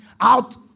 out